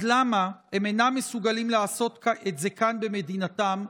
אז למה הם אינם מסוגלים לעשות את זה כאן במדינתם,